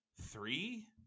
three